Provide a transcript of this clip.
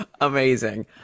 Amazing